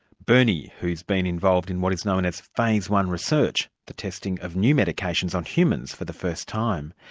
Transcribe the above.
bernie, who's been involved in what is known as phase one research, the testing of new medications on humans for the first time.